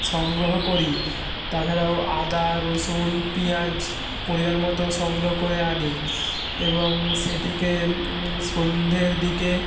সংগ্রহ করি তাছাড়াও আদা রসুন পেয়াঁজ পরিমাণ মতো সংগ্রহ করে আনি এবং সেটিকে সন্ধ্যের দিকে